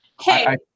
Hey